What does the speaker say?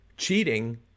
Cheating